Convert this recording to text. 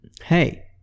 hey